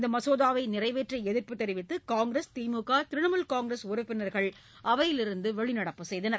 இந்த மசோதாவை நிறைவேற்ற எதிர்ப்பு தெரிவித்து காங்கிரஸ் திமுக திரிணாமூல் காங்கிரஸ் உறுப்பினர்கள் அவையிலிருந்து வெளிநடப்பு செய்தனர்